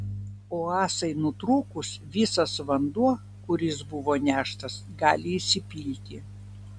o ąsai nutrūkus visas vanduo kuris buvo neštas gali išsipilti